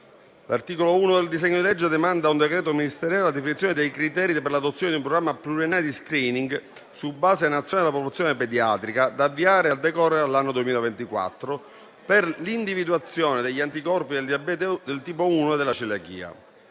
L'articolo 1 del disegno di legge demanda a un decreto ministeriale la definizione dei criteri per l'adozione di un programma pluriennale di *screening* su base nazionale della popolazione pediatrica, da avviare a decorrere dall'anno 2024, per l'individuazione degli anticorpi del diabete di tipo 1 e della celiachia.